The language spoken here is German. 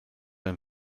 dem